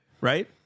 Right